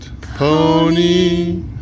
pony